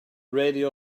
radio